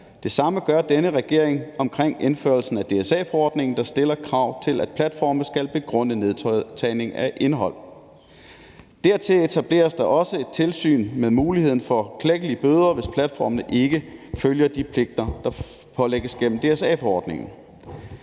Det samme gør denne regering omkring indførelse af DSA-forordningen, der stiller krav til, at platforme skal begrunde nedtagning af indhold. Dertil etableres der også et tilsyn med mulighed for klækkelige bøder, hvis platformene ikke følger de pligter, der pålægges gennem DSA-forordningen.